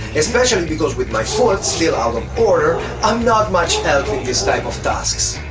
especially because with my foot still out of order i'm not much help in this type of task.